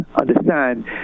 understand